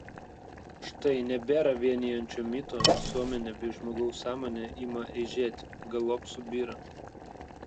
štai nebėra vienijančio mito visuomenė bei žmogaus sąmonė ima eižėti galop subyra